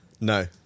No